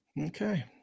Okay